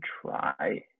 try